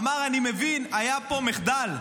אמר: אני מבין, היה פה מחדל,